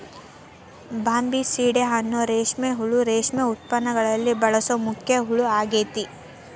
Bombycidae ಅನ್ನೋ ರೇಷ್ಮೆ ಹುಳು ರೇಷ್ಮೆ ಉತ್ಪಾದನೆಯಲ್ಲಿ ಬಳಸೋ ಮುಖ್ಯ ಹುಳ ಆಗೇತಿ